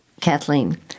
Kathleen